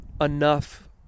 enough